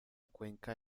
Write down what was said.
cuenca